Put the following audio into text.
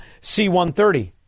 C-130